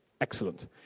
Excellent